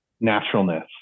naturalness